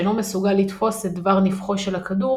שאינו מסוגל לתפוס את דבר נפחו של הכדור